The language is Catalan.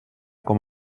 com